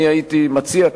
אני הייתי מציע,